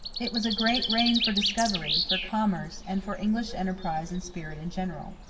it was a great reign for discovery, for commerce, and for english enterprise and spirit in general.